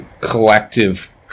collective